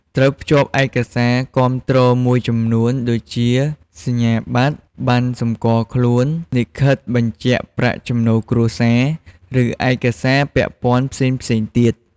ត្រូវភ្ជាប់ឯកសារគាំទ្រមួយចំនួនដូចជាសញ្ញាបត្រ ប័ណ្ណសម្គាល់ខ្លួន លិខិតបញ្ជាក់ប្រាក់ចំណូលគ្រួសារ ឬឯកសារពាក់ព័ន្ធផ្សេងៗទៀត។